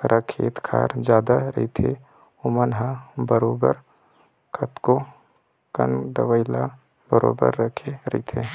करा खेत खार जादा रहिथे ओमन ह बरोबर कतको कन दवई ल बरोबर रखे रहिथे